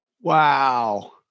Wow